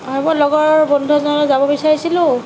আ মোৰ লগৰ বন্ধু এজনৰ লগত যাব বিচাৰিছিলোঁ